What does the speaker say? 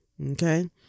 Okay